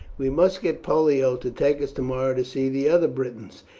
we must get pollio to take us tomorrow to see the other britons.